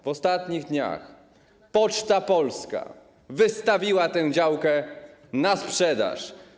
W ostatnich dniach Poczta Polska wystawiła tę działkę na sprzedaż.